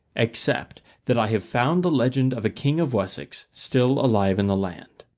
except that i have found the legend of a king of wessex still alive in the land.